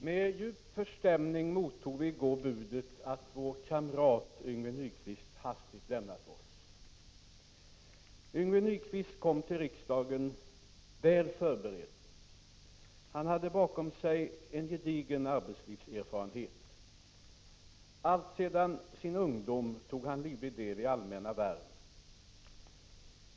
Med djup förstämning mottog vi i går budet att vår kamrat Yngve Nyquist hastigt lämnat oss. Yngve Nyquist kom till riksdagen väl förberedd. Han hade bakom sig en gedigen arbetslivserfarenhet. Alltsedan sin ungdom tog han livlig del i allmänna värv.